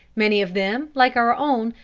many of them, like our own,